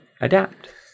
adapt